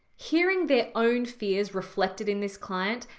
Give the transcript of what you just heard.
hearing their own fears reflected in this client,